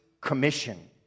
Commission